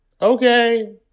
Okay